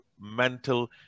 mental